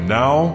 now